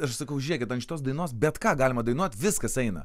aš sakau žiūrėkit ant šitos dainos bet ką galima dainuot viskas eina